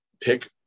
pick